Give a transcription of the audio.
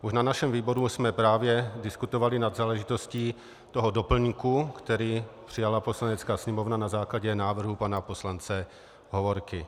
Už na našem výboru jsme právě diskutovali nad záležitostí toho doplňku, který přijala Poslanecká sněmovna na základě návrhu pana poslance Hovorky.